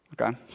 Okay